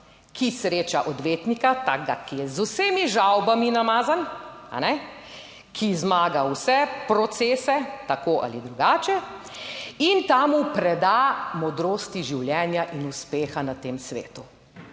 ki sreča odvetnika, takega ki je z vsemi žavbami namazan, a ne, ki zmaga vse procese tako ali drugače, in ta mu preda modrosti življenja in uspeha na tem svetu.